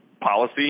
policy